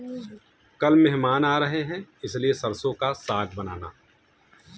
कल मेहमान आ रहे हैं इसलिए सरसों का साग बनाना